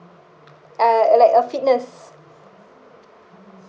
uh a like a fitness